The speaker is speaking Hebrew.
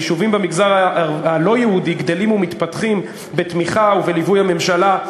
היישובים במגזר הלא-יהודי גדלים ומתפתחים בתמיכה ובליווי של הממשלה.